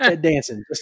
dancing